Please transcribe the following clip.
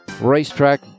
racetrack